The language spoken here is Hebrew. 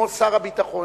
כמו שר הביטחון,